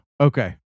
okay